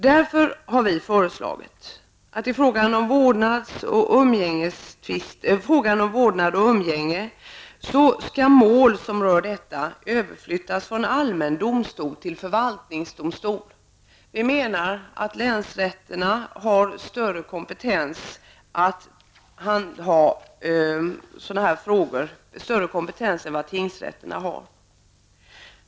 Därför har vi föreslagit att mål i fråga om vårdnad och umgänge skall överflyttas från allmän domstol till förvaltningsdomstol. Vi menar att länsrätterna har större kompetens än tingsrätterna när det gäller att handlägga sådana här frågor.